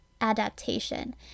adaptation